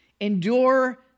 Endure